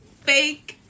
Fake